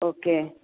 okay